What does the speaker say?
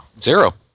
Zero